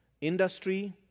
industry